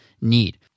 need